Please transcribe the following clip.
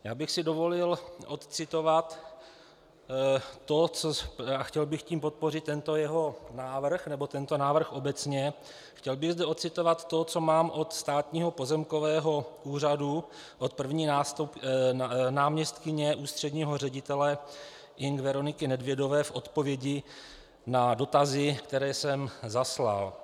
Já bych si dovolil odcitovat to, a chtěl bych tím podpořit tento jeho návrh, nebo tento návrh obecně, chtěl bych zde odcitovat to, co mám od Státního pozemkového úřadu, od první náměstkyně ústředního ředitele Ing. Veroniky Nedvědové, v odpovědi na dotazy, které jsem zaslal.